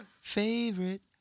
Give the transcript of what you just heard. Favorite